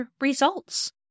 results